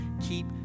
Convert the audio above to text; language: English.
Keep